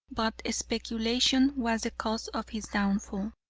but speculation was the cause of his downfall.